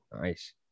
Nice